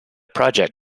project